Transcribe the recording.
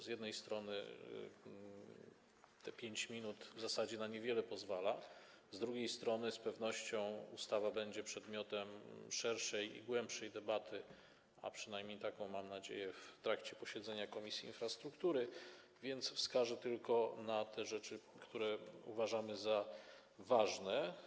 Z jednej strony czas, te 5 minut, w zasadzie na niewiele pozwala, z drugiej strony z pewnością ustawa będzie przedmiotem szerszej i głębszej debaty, a przynajmniej taką mam nadzieję, w trakcie posiedzenia Komisji Infrastruktury, więc wskażę tylko te rzeczy, które uważamy za ważne.